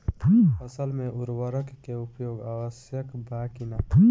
फसल में उर्वरक के उपयोग आवश्यक बा कि न?